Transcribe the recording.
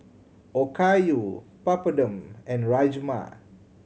Okayu Papadum and Rajma